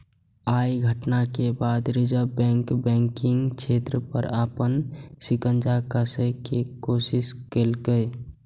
अय घटना के बाद रिजर्व बैंक बैंकिंग क्षेत्र पर अपन शिकंजा कसै के कोशिश केलकै